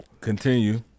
Continue